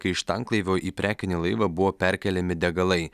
kai iš tanklaivio į prekinį laivą buvo perkeliami degalai